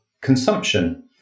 consumption